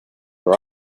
for